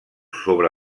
sobre